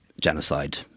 genocide